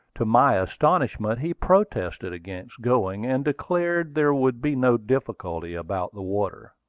to my astonishment he protested against going, and declared there would be no difficulty about the water.